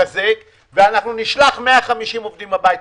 ואנחנו נשלח 150 עובדים הביתה.